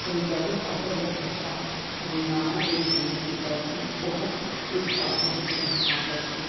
ਪੰਜਾਬੀ ਭਾਸ਼ਾ ਦਾ ਪ੍ਰਚਾਰ ਗੁਰੂ ਨਾਨਕ ਦੇਵ ਜੀ ਨੇ ਕੀਤਾ ਸੀ ਉਹ ਇਸ ਭਾਸ਼ਾ ਦੇ ਸੰਸਥਾਪਕ ਸੀ